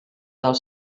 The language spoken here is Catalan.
del